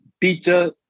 teacher